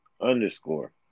underscore